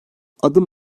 adım